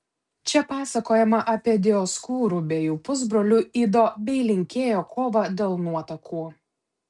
čia pasakojama apie dioskūrų bei jų pusbrolių ido bei linkėjo kovą dėl nuotakų